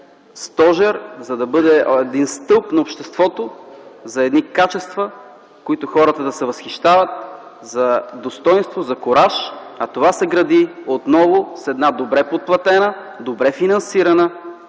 за да бъде стълб на обществото за едни качества, на които хората да се възхищават, за достойнство, за кураж. А това се гради отново с една добре подплатена, добре финансирана